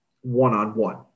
one-on-one